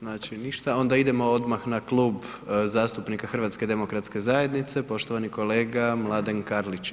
Znači ništa, onda idemo odmah na Klub zastupnika HDZ-a, poštovani kolega Mladen Karlić.